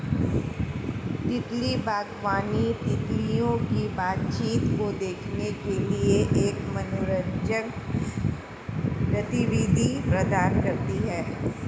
तितली बागवानी, तितलियों की बातचीत को देखने के लिए एक मनोरंजक गतिविधि प्रदान करती है